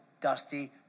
dusty